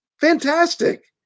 fantastic